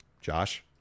Josh